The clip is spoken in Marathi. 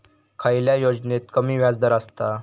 खयल्या योजनेत कमी व्याजदर असता?